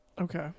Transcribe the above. Okay